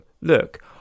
Look